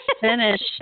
finish